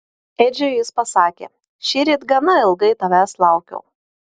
edžiui jis pasakė šįryt gana ilgai tavęs laukiau